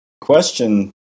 Question